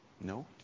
No